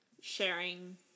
sharing